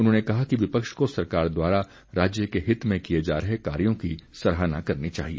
उन्होंने कहा कि विपक्ष को सरकार द्वारा राज्य के हित में किए जा रहे कार्यो की सराहना करनी चाहिए